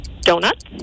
Donuts